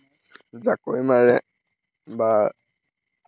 জাকৈ মাৰে বা